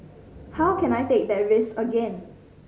how can I take that risk again